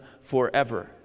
forever